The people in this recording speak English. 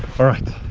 alright,